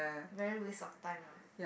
very waste of time lah